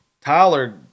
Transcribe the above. Tyler